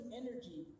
energy